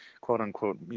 quote-unquote